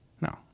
No